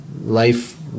life